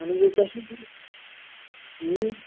اَہَن حظ تۄہہِ چھِو زٕ